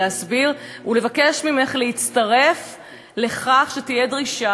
להסביר ולבקש ממך להצטרף לכך שתהיה דרישה,